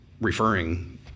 referring